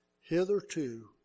Hitherto